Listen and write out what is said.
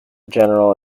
general